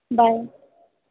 bye